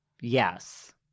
Yes